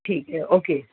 ٹھیک ہے اوکے